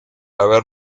haber